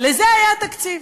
לזה היה תקציב,